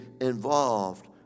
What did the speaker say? involved